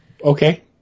Okay